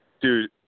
Dude